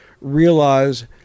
realize